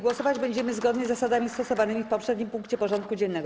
Głosować będziemy zgodnie z zasadami stosowanymi w poprzednim punkcie porządku dziennego.